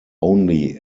only